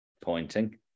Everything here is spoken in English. Pointing